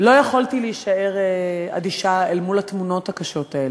ולא יכולתי להישאר אדישה אל מול התמונות הקשות האלה.